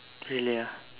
really ah